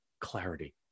clarity